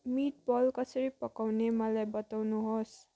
meatball कसरी पकाउने मलाई बताउनु होस्